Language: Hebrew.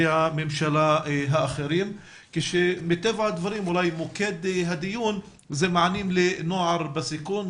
הממשלה האחרים כאשר מטבע הדברים אולי מוקד הדיון הוא מענים לנוער בסיכון,